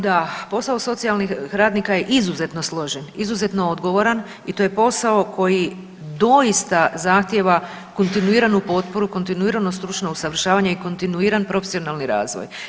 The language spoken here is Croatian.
Da, posao socijalnih radnika je izuzetno složen, izuzetno odgovoran i to je posao koji doista zahtjeva kontinuiranu potporu, kontinuirano stručno usavršavanje i kontinuiran profesionalni razvoj.